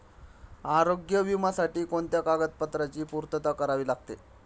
आरोग्य विम्यासाठी कोणत्या कागदपत्रांची पूर्तता करावी लागते?